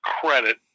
credit